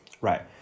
right